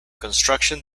construction